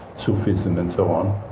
sufism, and so on.